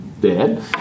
dead